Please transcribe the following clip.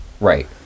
Right